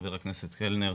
חבר הכנסת קלנר,